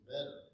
better